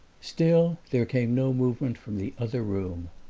still there came no movement from the other room.